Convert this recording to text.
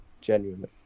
genuinely